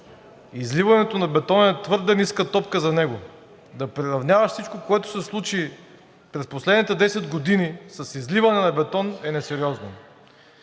изливането на бетон е твърде ниска топка за него и да приравняваш всичко, което се случи през последните 10 години с изливане на бетон, е несериозно.